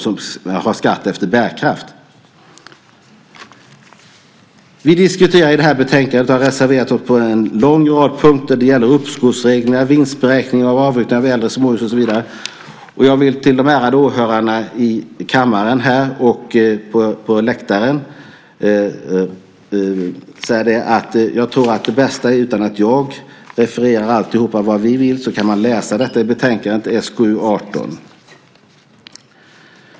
Vi har reserverat oss i det här betänkandet på en lång rad punkter. Det gäller uppskovsreglerna, vinstberäkningar vid avyttring av äldre småhus och så vidare. Och jag vill till de ärade åhörarna här i kammaren och på läktaren säga att jag tror att det bästa är, utan att jag refererar alltihop, att läsa om allt som vi vill i betänkande SkU18.